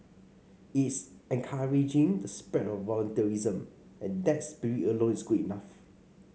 it's encouraging the spread of voluntarism and that spirit alone is good enough